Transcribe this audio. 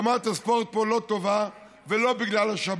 רמת הספורט פה לא טובה, ולא בגלל השבת.